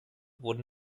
wurden